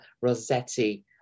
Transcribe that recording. Rossetti